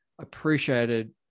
appreciated